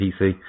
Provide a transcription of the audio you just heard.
PC